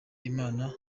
imana